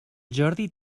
jordi